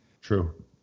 True